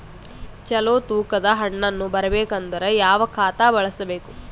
ಚಲೋ ತೂಕ ದ ಹಣ್ಣನ್ನು ಬರಬೇಕು ಅಂದರ ಯಾವ ಖಾತಾ ಬಳಸಬೇಕು?